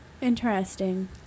Interesting